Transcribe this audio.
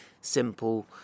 simple